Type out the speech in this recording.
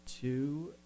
two